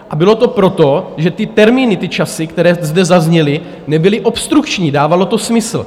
A bylo to proto, že ty termíny, ty časy, které zde zazněly, nebyly obstrukční, dávalo to smysl.